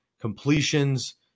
completions